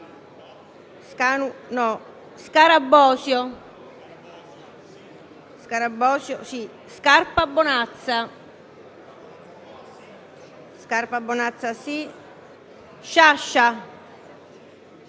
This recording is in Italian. Scarabosio, Scarpa Bonazza Buora, Sciascia,